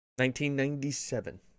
1997